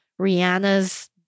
Rihanna's